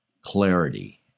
clarity